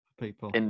people